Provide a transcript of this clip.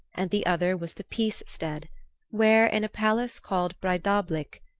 and the other was the peace stead where, in a palace called breidablik,